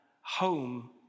home